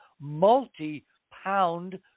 multi-pound